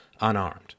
unarmed